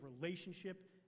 relationship